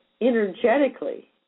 energetically